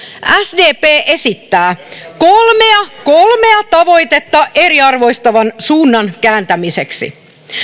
sdp esittää kolmea kolmea tavoitetta eriarvoistavan suunnan kääntämiseksi